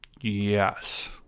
Yes